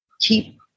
Keep